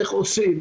איך עושים?